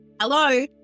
hello